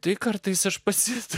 tai kartais aš pasiilgstu